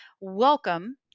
Welcome